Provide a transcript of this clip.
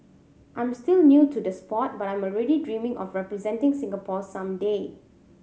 I'm still new to the sport but I'm already dreaming of representing Singapore some day